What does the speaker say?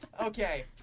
Okay